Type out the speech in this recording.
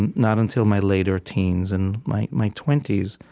and not until my later teens and my my twenty s.